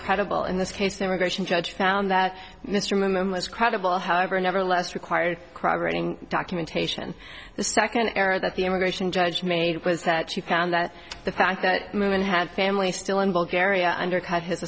credible in this case the immigration judge found that mr moon was credible however never less required crime writing documentation the second error that the immigration judge made was that she found that the fact that moon had family still in bulgaria undercut his